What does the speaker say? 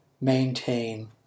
maintain